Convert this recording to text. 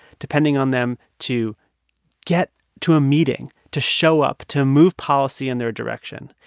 depending on them to get to a meeting, to show up, to move policy in their direction.